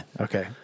Okay